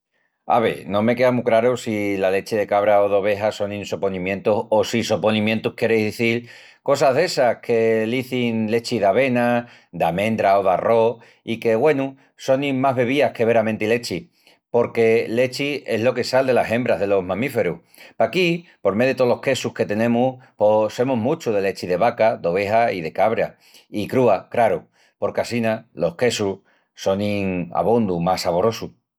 Ave, no me quea mu craru si la lechi de cabra o d'oveja sonin soponimientus o si soponimientus quieris izil cosas d'essas que l'izin lechi d'avena, d'amendra o d'arrós i que, güenu, sonin más bebías que veramenti lechi, porque lechi es lo que sal delas hembras delos mamíferus. Paquí, por mé de tolos quesus que tenemus pos semus muchu de lechi de vaca, d'oveja i de cabra. I crúa, craru, porque assina los quesus sonin abondu más saborosus.